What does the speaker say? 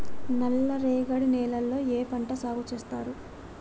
నల్లరేగడి నేలల్లో ఏ పంట సాగు చేస్తారు?